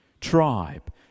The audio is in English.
tribe